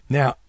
now